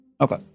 Okay